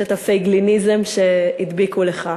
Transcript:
יש ה"פייגליניזם" שהדביקו לך.